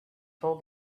told